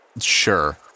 Sure